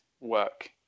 work